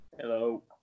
Hello